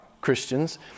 Christians